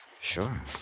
Sure